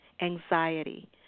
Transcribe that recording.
anxiety